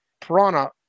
Piranha